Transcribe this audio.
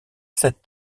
sept